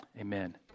Amen